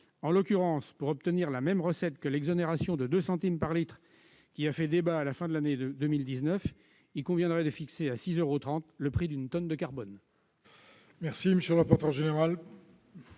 En l'occurrence, pour obtenir la même recette que l'exonération de 2 centimes par litre qui a fait débat à la fin de l'année 2019, il conviendrait de fixer à 6,30 euros le prix d'une tonne de carbone.